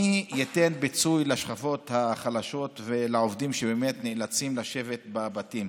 מי ייתן פיצוי לשכבות החלשות ולעובדים שבאמת נאלצים לשבת בבתים.